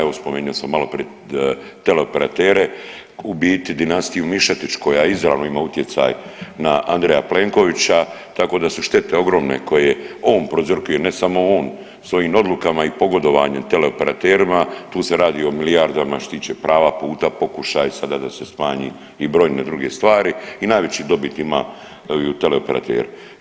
Evo spomenuo sam maloprije teleoperatere, u biti dinastiju Mišetić koja izravno ima utjecaj na Andreja Plenkovića tako da su štete ogromne koje on prouzrokuje, ne samo on svojim odlukama i pogodovanjem teleoperaterima, tu se radi o milijardama što se tiče prava puta, pokušaj sada da se smanji i brojne druge stvari i najveću dobit imaju teleoperateri.